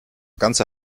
ganze